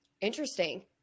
Interesting